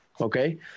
okay